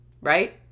right